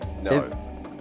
no